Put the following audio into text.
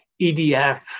EDF